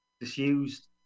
disused